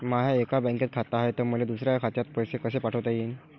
माय एका बँकेत खात हाय, त मले दुसऱ्या खात्यात पैसे कसे पाठवता येईन?